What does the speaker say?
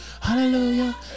Hallelujah